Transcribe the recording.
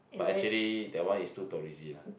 but actually that one is too touristy lah